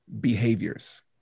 behaviors